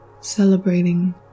Celebrating